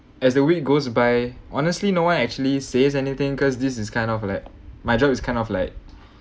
as the week goes by honestly no one actually says anything cause this is kind of like my job is kind of like